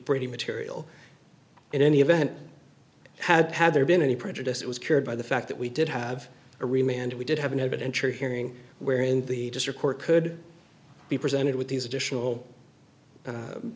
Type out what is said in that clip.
brady material in any event had had there been any prejudice it was cured by the fact that we did have a remain and we did have an evidentiary hearing where in the district court could be presented with these additional